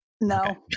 No